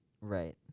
Right